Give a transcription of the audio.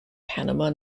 panama